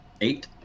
eight